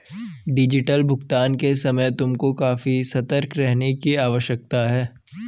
digital भुगतान के समय तुमको काफी सतर्क रहने की आवश्यकता है